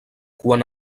quan